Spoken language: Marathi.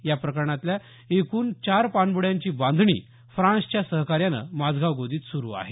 या प्रकारातल्या एकूण चार पाणब्ड्यांची बांधणी फ्रान्सच्या सहकार्यानं माझगाव गोदीत सुरू आहे